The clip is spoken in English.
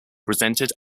presented